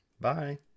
Bye